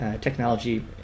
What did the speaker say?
technology